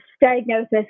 diagnosis